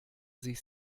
sich